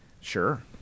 Sure